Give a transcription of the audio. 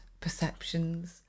perceptions